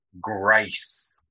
grace